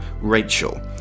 Rachel